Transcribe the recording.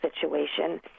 situation